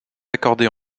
accordés